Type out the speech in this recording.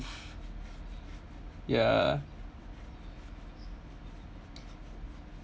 ya